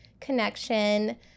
connection